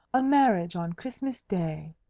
a marriage on christmas day,